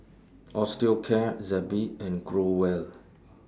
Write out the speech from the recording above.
Osteocare Zappy and Growell